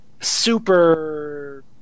super